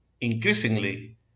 increasingly